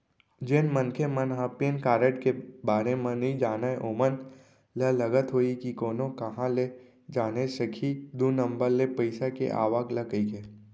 जेन मनखे मन ह पेन कारड के बारे म नइ जानय ओमन ल लगत होही कोनो काँहा ले जाने सकही दू नंबर ले पइसा के आवक ल कहिके